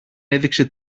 έδειξε